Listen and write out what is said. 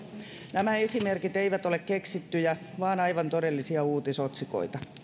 nämä esimerkit eivät ole keksittyjä vaan ovat aivan todellisia uutisotsikoita